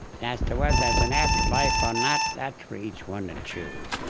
as to whether there's an afterlife or not, that's for each one to choose.